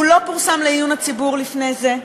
הוא לא פורסם לעיון הציבור לפני זה.